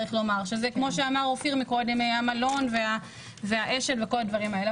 שזה כמו שאמר אופיר קודם המלון והאש"ל וכל הדברים האלה.